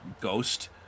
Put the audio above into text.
ghost